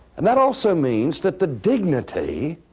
and that also means that the dignity